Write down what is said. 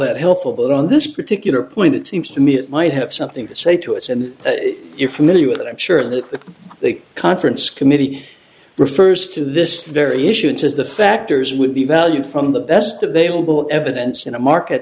that helpful but on this particular point it seems to me it might have something to say to us and you're familiar with it i'm sure that the conference committee refers to this very issue and says the factors would be value from the best available evidence in a market